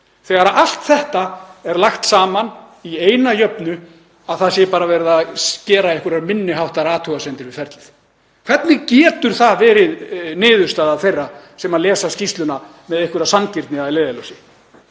þegar allt þetta er lagt saman í eina jöfnu, að það sé bara verið að gera einhverjar minni háttar athugasemdir við ferlið? Hvernig getur það verið niðurstaða þeirra sem lesa skýrsluna með einhverja sanngirni að leiðarljósi?